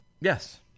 Yes